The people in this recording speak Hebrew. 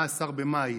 14 במאי,